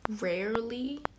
rarely